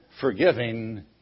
forgiving